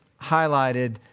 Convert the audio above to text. highlighted